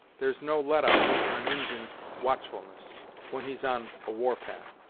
there's no let-up in an injin's watchfulness when he's on a war-path,